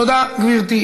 תודה, גברתי.